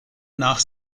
nach